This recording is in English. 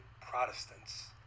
Protestants